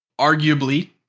arguably